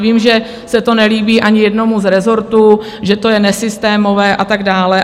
Vím, že se to nelíbí ani jednomu z rezortů, že to je nesystémové a tak dále.